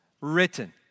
written